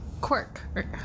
Quirk